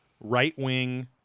right-wing